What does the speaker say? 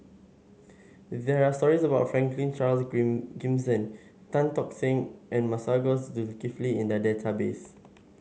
there are stories about Franklin Charles Green Gimson Tan Tock Seng and Masagos Zulkifli in the database